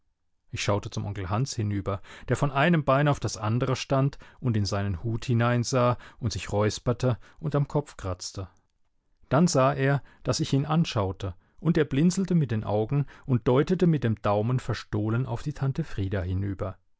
ich schaute zum onkel hans hinüber der von einem bein auf das andere stand und in seinen hut hinein sah und sich räusperte und am kopf kratzte dann sah er daß ich ihn anschaute und er blinzelte mit den augen und deutete mit dem daumen verstohlen auf die tante frieda hinüber